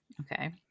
Okay